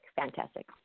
fantastic